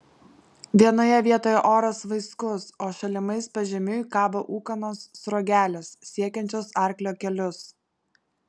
vienoje vietoje oras vaiskus o šalimais pažemiui kabo ūkanos sruogelės siekiančios arklio kelius